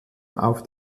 auf